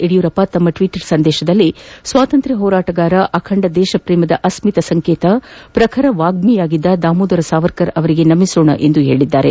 ಯಡಿಯೂರಪ್ಪ ತಮ್ಮ ಟ್ವೀಟ್ ಸಂದೇಶದಲ್ಲಿ ಸ್ವಾತಂತ್ರ್ತ ಹೋರಾಟಗಾರ ಅಖಂಡ ದೇಶಪ್ರೇಮದ ಅಸ್ಮಿತೆಯ ಸಂಕೇತ ಪ್ರಖರ ವಾಗ್ಮಿಯೂ ಆಗಿದ್ದ ದಾಮೋದರ ಸಾವರ್ಕರ್ ಅವರಿಗೆ ನಮಿಸೋಣ ಎಂದು ಹೇಳಿದ್ದಾರೆ